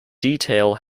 detail